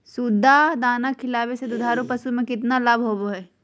सुधा दाना खिलावे से दुधारू पशु में कि लाभ होबो हय?